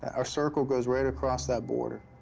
our circle goes right across that border.